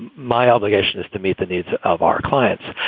my obligation is to meet the needs of our clients.